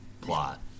plot